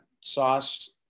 sauce